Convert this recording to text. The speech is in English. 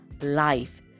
life